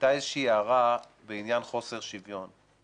הייתה איזה שהיא הערה בעניין חוסר שוויון.